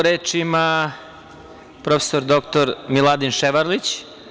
Reč ima prof. dr Miladin Ševarlić.